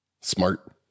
Smart